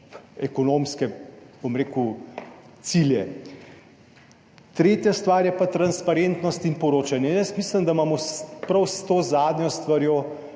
ekonomske, bom rekel, cilje. Tretja stvar je pa transparentnost in poročanje. Mislim, da imamo prav s to zadnjo stvarjo,